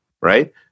right